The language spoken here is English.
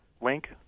link